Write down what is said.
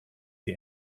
the